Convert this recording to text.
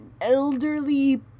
elderly